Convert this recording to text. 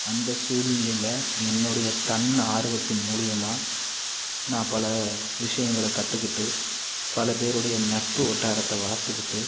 அந்த சூழ்நிலையில் என்னுடைய தன்னார்வத்தின் மூலிமா நான் பல விஷயங்கள கற்றுக்கிட்டு பல பேருடைய நட்பு வட்டாரத்தை வளர்த்துக்கிட்டு